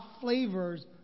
flavors